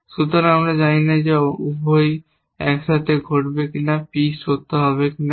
সুতরাং আমরা জানি না যে উভয়ই একসাথে ঘটবে কিনা P সত্য হবে কিনা